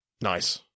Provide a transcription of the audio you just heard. Nice